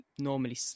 normally